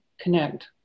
connect